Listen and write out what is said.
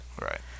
Right